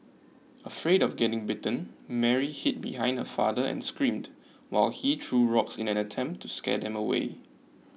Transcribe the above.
afraid of getting bitten Mary hid behind her father and screamed while he threw rocks in an attempt to scare them away